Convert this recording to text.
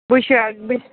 बैसोआ बेसे